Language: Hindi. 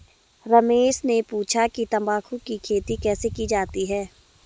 रमेश ने पूछा कि तंबाकू की खेती कैसे की जाती है?